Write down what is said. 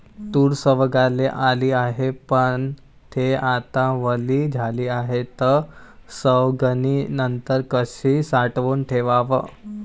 तूर सवंगाले आली हाये, पन थे आता वली झाली हाये, त सवंगनीनंतर कशी साठवून ठेवाव?